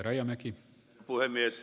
herra puhemies